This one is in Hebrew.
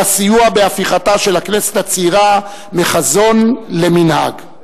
על הסיוע בהפיכתה של "הכנסת הצעירה" מחזון למנהג.